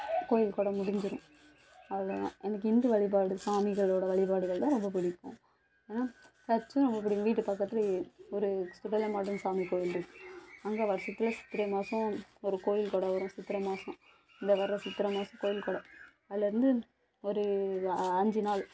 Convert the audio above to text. கோவில் கொடை முடிஞ்சிடும் அவ்வளோதான் எனக்கு இந்து வழிபாடு சாமிகளோடய வழிபாடுகள் தான் ரொம்ப பிடிக்கும் ஆனால் சர்ச்சும் ரொம்ப பிடிக்கும் வீட்டு பக்கத்துலேயே ஒரு சுடலை மாடன் சாமி கோவில் இருக்குது அங்க வருசத்துல சித்திரை மாதம் ஒரு கோவில் கொடை வரும் சித்திரை மாதம் இந்த வர சித்திரை மாதம் கோவில் கொடை அதிலேருந்து ஒரு அஞ்சு நாள்